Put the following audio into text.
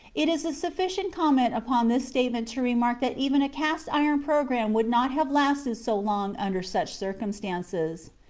it is a sufficient comment upon this statement to remark that even a cast-iron program would not have lasted so long under such circumstances.